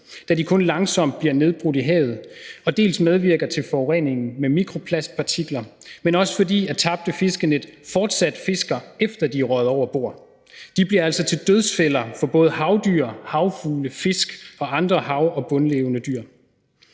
de kun langsomt bliver nedbrudt i havet og medvirker til forureningen med mikroplastpartikler, dels fordi tabte fiskenet fortsat fisker, efter at de er røget over bord. De bliver altid til dødsfælder for både havdyr, havfugle, fisk og andre hav- og bundlevende dyr.